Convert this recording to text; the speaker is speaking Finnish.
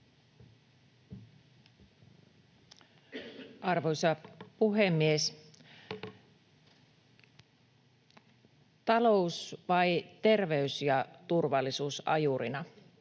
Arvoisa puhemies! Talous vai terveys ja turvallisuus ajurina?